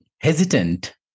hesitant